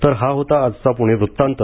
तर हा होता आजचा पुणे वृत्तांत